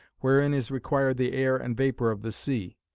wherein is required the air and vapor of the sea.